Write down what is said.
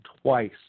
twice